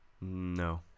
no